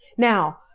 Now